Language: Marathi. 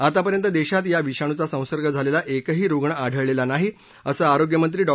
आतापर्यंत देशात या विषाणूषा संसर्ग झालेला एकही रुग्ण आढळलेला नाही असं आरोग्यमंत्री डॉ